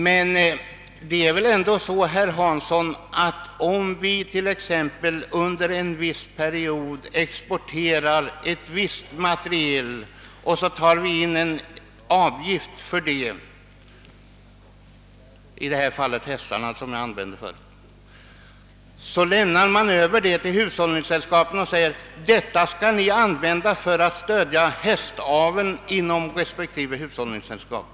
Men det är väl ändå så, herr Hansson, att om vi under en period exporterar exempelvis hästar och tar in en avgift för detta, så lämnas pengarna över till hushållningssällskapen. Man säger att vi skall använda detta för att stödja hästaveln inom respektive hushållningssällskap.